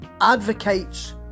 advocates